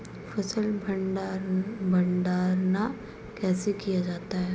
फ़सल भंडारण कैसे किया जाता है?